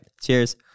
Cheers